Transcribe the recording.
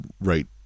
right